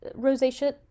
rosacea